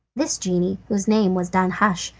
this genie, whose name was danhasch,